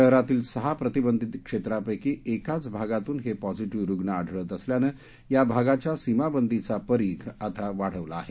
शहरातील सहा प्रतिबंधित क्षेत्रापैकी एकाच भागातून हे पॉझीटिव्ह रुग्ण आढळत असल्यानं या भागाच्या सीमाबंदीचा परीघ आता वाढवला आहे